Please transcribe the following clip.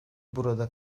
burada